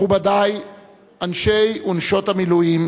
מכובדי אנשי ונשות המילואים,